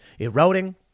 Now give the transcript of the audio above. eroding